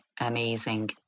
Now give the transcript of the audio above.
amazing